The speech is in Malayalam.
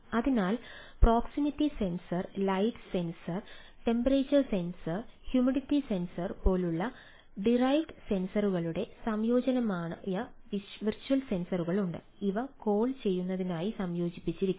അതിനാൽ proximity sensor light sensor temperature sensor humidity sensor പോലുള്ള ഡിറൈവ്ഡ് സെൻസറുകളുടെ സംയോജനമായ വെർച്വൽ സെൻസറുകളുണ്ട് ഇവ കോൾ ചെയ്യുന്നതിനായി സംയോജിപ്പിച്ചിരിക്കുന്നു